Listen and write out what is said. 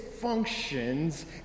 functions